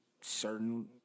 certain